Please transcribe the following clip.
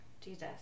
Jesus